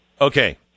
okay